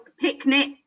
picnic